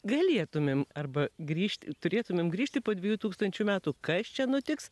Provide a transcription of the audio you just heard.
galėtumėm arba grįžt turėtumėm grįžti po dviejų tūkstančių metų kas čia nutiks